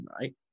right